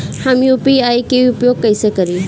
हम यू.पी.आई के उपयोग कइसे करी?